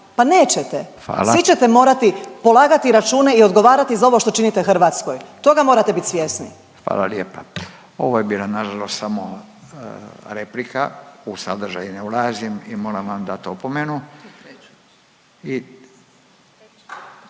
Hvala./…svi ćete morati polagati račune i odgovarati za ovo što činite Hrvatskoj, toga morate biti svjesni. **Radin, Furio (Nezavisni)** Hvala lijepa. Ovo je bila nažalost samo replika, u sadržaj ne ulazim i moram vam dat opomenu…